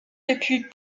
depuis